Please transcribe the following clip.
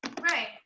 right